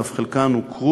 ואף חלקן הוכרו